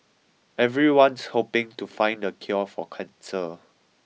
everyone's hoping to find the cure for cancer